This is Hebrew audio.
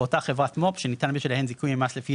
באותה חברת מו"פ שניתן בשלהן זיכוי ממס לפי